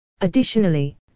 Additionally